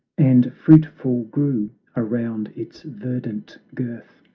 and fruitful grew around its verdant girth,